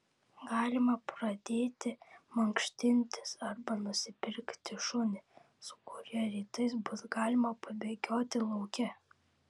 galima pradėti mankštintis arba nusipirkti šunį su kuriuo rytais bus galima pabėgioti lauke